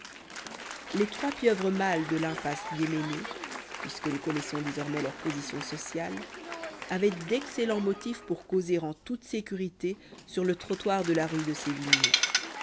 les trois pieuvres mâles de l'impasse guéménée puisque nous connaissons désormais leur position sociale avaient d'excellents motifs pour causer en toute sécurité sur le trottoir de la rue de sévigné